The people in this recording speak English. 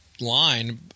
Line